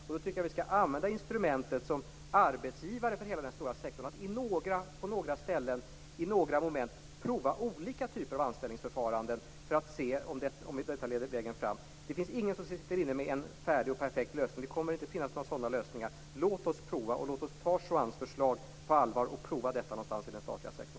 Därför tycker jag att vi som arbetsgivare för hela denna stora sektor skall använda instrumentet och på några ställen och i några moment prova olika typer av anställningsförfaranden för att se om detta leder vägen fram. Det finns ingen som sitter inne med en färdig och perfekt lösning. Det kommer inte att finnas några sådana lösningar. Låt oss ta Juan Fonsecas förslag på allvar, och låt oss prova det någonstans i den statliga sektorn!